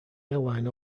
airline